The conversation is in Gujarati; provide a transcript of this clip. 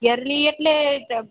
યર્લિ એટલે જ